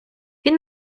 він